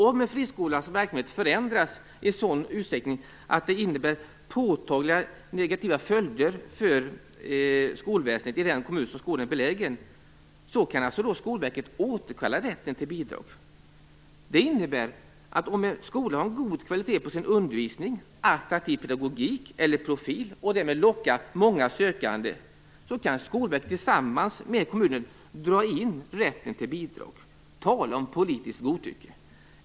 Om en friskolas verksamhet förändras i sådan utsträckning att det innebär påtagliga negativa följder för skolväsendet i den kommun där skolan är belägen kan Skolverket återkalla rätten till bidrag. Det innebär att om en skola har bra kvalitet på sin undervisning, attraktiv pedagogik eller profil och därmed lockar många sökande kan Skolverket tillsammans med kommunen dra in rätten till bidrag. Tala om politiskt godtycke!